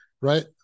right